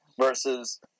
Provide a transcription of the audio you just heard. versus